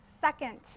second